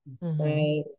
right